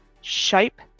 shape